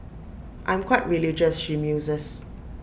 I'm quite religious she muses